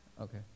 Okay